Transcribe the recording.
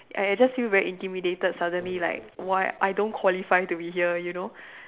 I I just feel very intimidated suddenly like why I don't qualify to be here you know